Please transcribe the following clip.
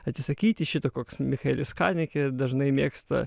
atsisakyti šito koks michaelis kanikė dažnai mėgsta